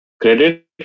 credit